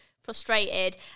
frustrated